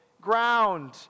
ground